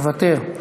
מוותר,